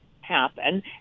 happen